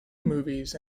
movies